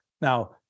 Now